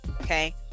Okay